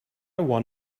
won